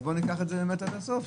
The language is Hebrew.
ניקח את זה עד הסוף,